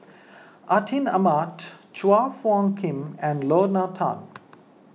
Atin Amat Chua Phung Kim and Lorna Tan